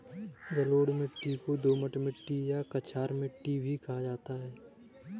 जलोढ़ मिट्टी को दोमट मिट्टी या कछार मिट्टी भी कहा जाता है